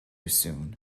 soon